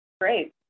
Great